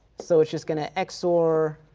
so it's just going to xor